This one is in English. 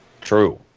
True